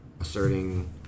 asserting